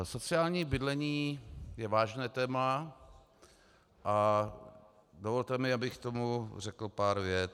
Sociální bydlení je vážné téma a dovolte mi, abych k tomu řekl pár vět.